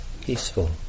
peaceful